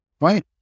Right